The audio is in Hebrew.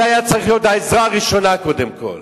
זאת היתה צריכה להיות העזרה הראשונה, קודם כול.